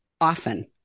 often